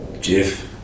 Jeff